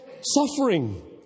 suffering